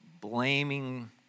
blaming